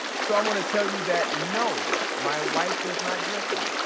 so i wanna tell you that no, my wife does not dress me.